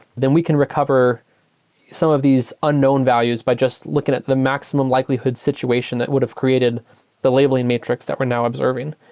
then we can recover some of these unknown values by just looking at the maximum likelihood situation that would've created the labeling matrix that we're now observing.